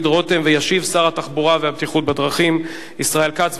רותם וישיב שר התחבורה והבטיחות בדרכים ישראל כץ.